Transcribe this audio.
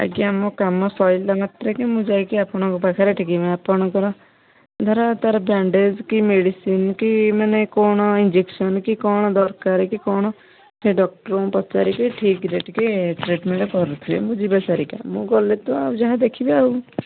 ଆଜ୍ଞା ମୋ କାମ ସରିଲା ମାତ୍ରକେ ମୁଁ ଯାଇକି ଆପଣଙ୍କ ପାଖରେ ଥିମି ଆପଣଙ୍କ ଧର ତା'ର ବ୍ୟାଣ୍ଡେଜ କି ମେଡ଼ିସିନ କି ମାନେ କ'ଣ ଇଂଜେକ୍ସନ୍ କି କ'ଣ ଦରକାର କି କ'ଣ ସେ ଡକ୍ଟରଙ୍କ ପଚାରିକି ଠିକରେ ଟିକେ ଟ୍ରିଟମେଣ୍ଟ କରୁଥିବେ ମୁଁ ଯିବି ସାରିକି ମୁଁ ଗଲେ ତ ଆଉ ଯାହା ଦେଖିବି ଆଉ